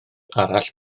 arall